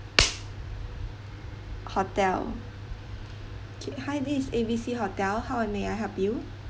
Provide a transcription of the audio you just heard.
hotel okay hi this is A B C hotel how I may I help you